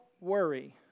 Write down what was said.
worry